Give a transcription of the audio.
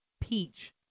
Peach